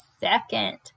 second